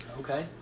Okay